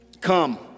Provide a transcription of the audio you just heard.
Come